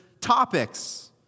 topics